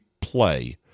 play